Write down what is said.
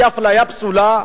אפליה פסולה?